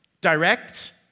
direct